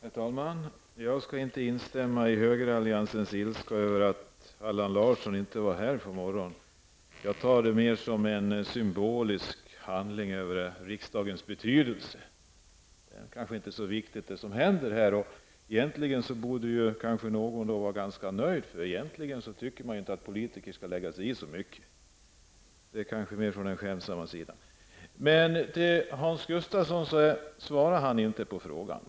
Herr talman! Jag skall inte instämma i högeralliansens ilska över att Allan Larsson inte var här på morgonen. Jag tar det mer som en symbolisk handling. Det som händer här är kanske inte så viktigt. Egentligen borde någon vara ganska nöjd, för ibland tycker man ju att politiker inte skall lägga sig i så mycket. Detta var sagt mer från den skämtsamma sidan. Hans Gustafsson svarade inte på frågan.